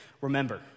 Remember